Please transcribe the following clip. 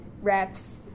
reps